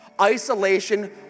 Isolation